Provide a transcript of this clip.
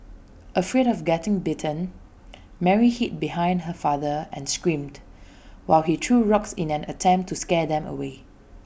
afraid of getting bitten Mary hid behind her father and screamed while he threw rocks in an attempt to scare them away